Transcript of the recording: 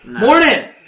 Morning